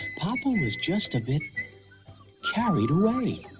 papa was just a bit carried like